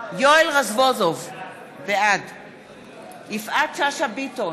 בעד יואל רזבוזוב, בעד יפעת שאשא ביטון,